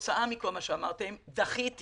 כתוצאה מכל מה שאמרתם, דחיתי